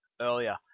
earlier